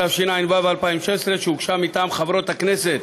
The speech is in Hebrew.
התשע"ו 2016, שהוגשה מטעם חברות הכנסת